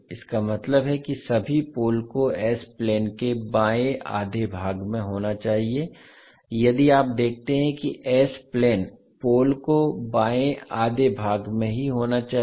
इसका मतलब है कि सभी पोल को s प्लेन के बाएं आधे भाग में होना चाहिए यदि आप देखते हैं कि s प्लेन पोल को बाएं आधे भाग में ही होना चाहिए